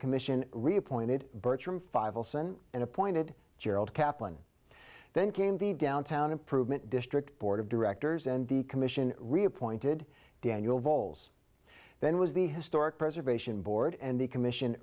commission reappointed bertram five olson and appointed gerald kaplan then came the downtown improvement district board of directors and the commission reappointed daniel voles then was the historic preservation board and the commission